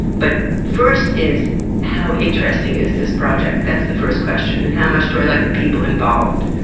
but first is how interesting is this project? that's the first question. and how much do i like the people involved?